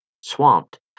swamped